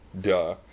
duh